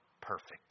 perfect